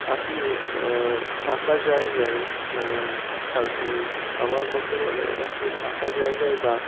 আপনি ফাঁকা জায়গায় আমার মতে বলে আপনি ফাঁকা জায়গায় বা